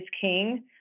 king